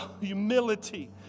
humility